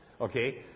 Okay